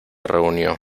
reunió